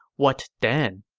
what then?